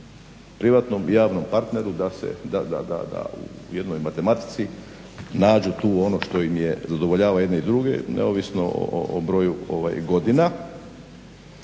privatnom javnom partneru da u jednoj matematici nađu tu ono što zadovoljava jedne i druge neovisno o broju godina.